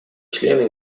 члены